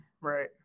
right